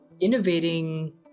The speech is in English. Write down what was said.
innovating